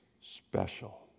special